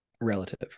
relative